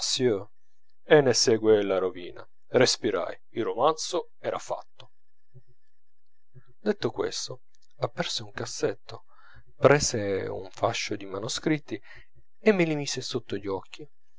e ne segue la rovina respirai il romanzo era fatto detto questo aperse un cassetto prese un fascio di manoscritti e me li mise sotto gli occhi